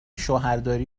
شوهرداری